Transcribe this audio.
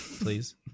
please